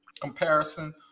comparison